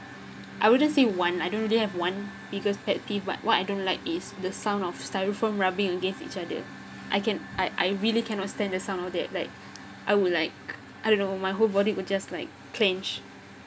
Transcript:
I wouldn't say one I don't really have one biggest pet peeve but what I don't like is the sound of styrofoam rubbing against each other I can I I really cannot stand the sound of that like I would like I don't know my whole body would just like clench